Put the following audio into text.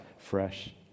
Fresh